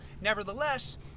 Nevertheless